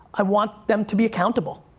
i want them to be accountable.